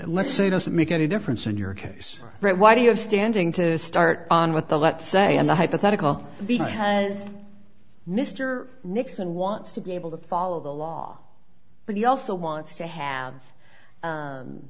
let's say does it make any difference in your case right why do you have standing to start on with the let's say in the hypothetical because mr nixon wants to be able to follow the law but he also wants to have